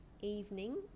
evening